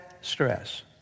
stress